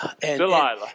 Delilah